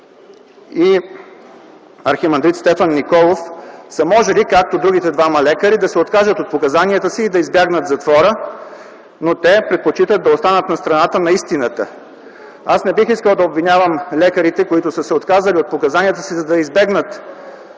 и архимандрит Стефан Николов, са можели както другите двама лекари да се откажат от показанията си и да избегнат затвора, но те предпочитат да останат на страната на истината. Аз не бих искал да обвинявам лекарите, отказали се от показанията си, за да избегнат